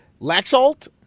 Laxalt